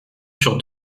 sur